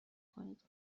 کنید